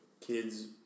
Kids